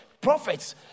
prophets